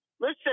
Listen